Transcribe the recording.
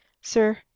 Sir